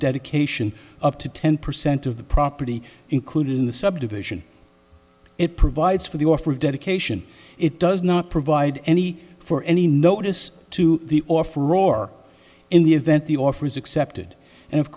dedication up to ten percent of the property included in the subdivision it provides for the offer of dedication it does not provide any for any notice to the offer or in the event the offer is accepted and of